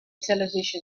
television